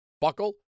buckle